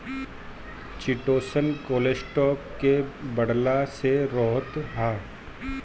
chitosan cholesterol के बढ़ला से रोकत हअ